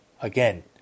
again